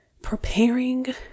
preparing